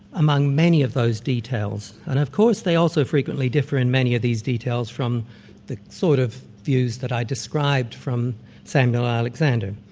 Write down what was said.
among many of those details, and of course they also frequently differ in many of these details from the sort of views that i described from samuel alexander.